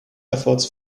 efforts